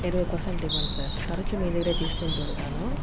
ఇరవై పర్సెంట్ ఇవ్వండి సార్ తరుచు మీ దగ్గర తీసుకుంటు ఉంటాను